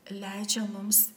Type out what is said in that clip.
leidžia mums